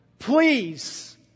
Please